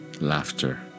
laughter